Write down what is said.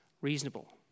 reasonable